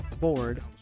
board